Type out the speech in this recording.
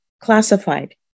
classified